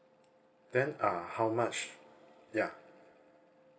then uh how much ya